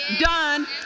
Done